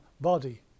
body